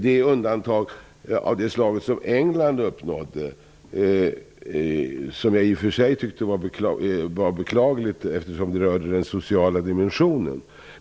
Det är undantag av det slag som England uppnådde, vilket jag i och för sig tyckte var beklagligt. Undantaget rörde nämligen den sociala dimensionen.